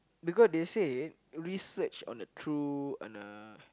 because they say research on the true on a